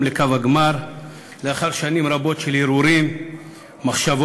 לקו הגמר לאחר שנים רבות של הרהורים ומחשבות.